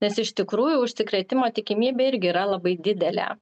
nes iš tikrųjų užsikrėtimo tikimybė irgi yra labai didelė